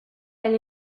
elle